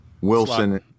Wilson